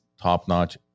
top-notch